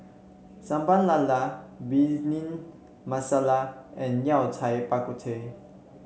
Sambal Lala Bhindi Masala and Yao Cai Bak Kut Teh